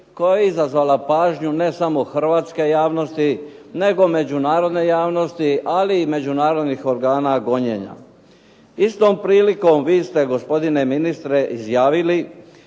koja je izazvala pažnju ne samo hrvatske javnosti, nego međunarodne javnosti, ali i međunarodnih organa gonjenja. Istom prilikom vi ste gospodine ministre izjavili